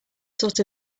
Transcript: sort